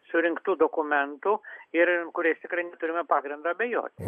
surinktų dokumentų ir kuriais tikrai neturime pagrindo abejoti